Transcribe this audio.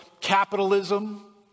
capitalism